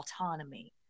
autonomy